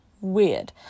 weird